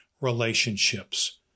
relationships